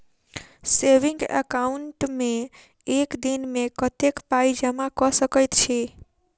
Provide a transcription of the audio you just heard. Saving account मे एक दिनमे कतेक पाई जमा कऽ सकैत छी?